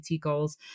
goals